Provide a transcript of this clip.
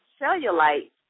cellulite